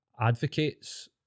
advocates